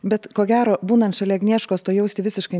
bet ko gero būnant šalia agnieškos to jausti visiškai